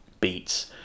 beats